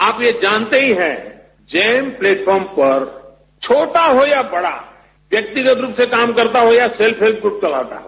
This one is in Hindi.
आप ये जानते ही है जेम प्लेटफार्म पर छोटा हो या बड़ा व्यक्तिगत रूप से काम करता हो या सेल्फ इन्यूट चलाता हो